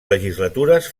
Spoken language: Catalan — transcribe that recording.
legislatures